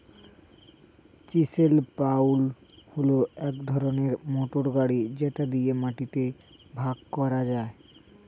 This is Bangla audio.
চিসেল প্লাউ হল এক ধরনের মোটর গাড়ি যেটা দিয়ে মাটিকে ভাগ করা যায়